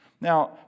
Now